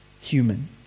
human